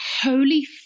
holy